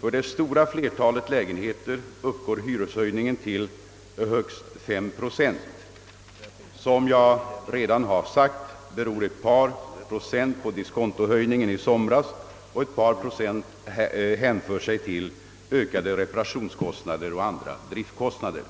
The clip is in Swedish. För det stora flertalet lägenheter uppgår hyreshöjningen till högst 5 procent. Ett par procent beror på diskontohöjningen i somras, och ett par procent hänför sig till ökade reparationskostnader och andra driftkostnader.